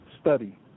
study